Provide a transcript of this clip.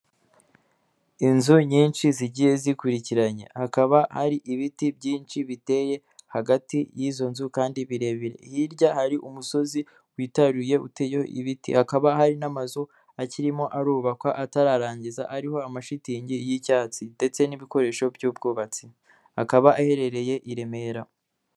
Inzu nyinshi zigiye zikurikiranya hakaba hari ibiti byinshi biteye hagati y'izo nzu kandi birebire, hirya hari umusozi witaruye uteyeho ibiti hakaba hari n'amazu akirimo arubakwa atararangiza ariho amashitingi y'icyatsi ndetse n'ibikoresho by'ubwubatsi akaba aherereye i Remera.